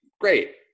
great